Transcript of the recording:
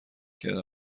کرد